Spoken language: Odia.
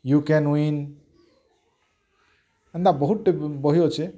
ୟୁ କ୍ୟାନ୍ ଉଈନ୍ ଏନ୍ତା ବହୁତ୍ ଟି ବହି ଅଛେ